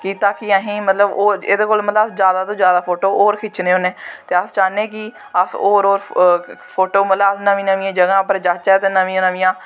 की ताकि असें मतलव होर एह्दे कोला अस जादा तो जादा फोटो होर खिच्चने होने ते अस चाह्न्ने कि अस होर होर फोटो मतलव की नमीं नमीं जगहें उप्पर जाह्च्चै ते नमियां नमियां